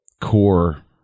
core